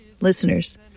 Listeners